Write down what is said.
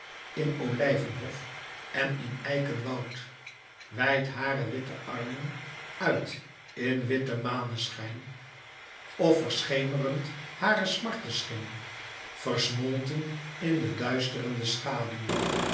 in olijvenhof en in eikenwoud wijd hare witte armen uit in witten maneschijn of verschemerend hare smarte schim versmolten in de duisterende schaduw